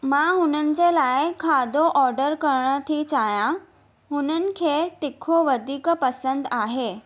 मां हुननि जे लाइ खाधो ऑडर करण थी चाहियां हुननि खे तिखो वधीक पसंदि आहे